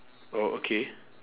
oh okay